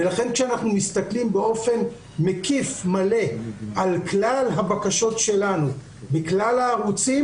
ולכן כשאנחנו מסתכלים באופן מקיף ומלא על כלל הבקשות שלנו בכלל הערוצים,